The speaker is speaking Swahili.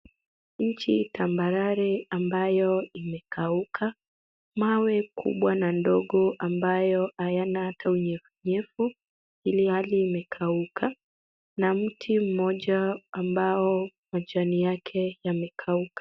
Nchi tambarare ambayo imekauka. Mawe kubwa na ndogo ambayo hayana hata unyevunyevu ilihali imekauka na mti mmoja ambayo majani yake imekauka.